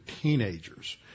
teenagers